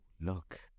look